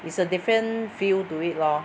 it's a different view to it lor